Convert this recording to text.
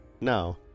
No